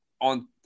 on